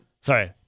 Sorry